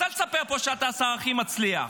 אז אל תספר פה שאתה השר הכי מצליח.